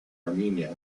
armenia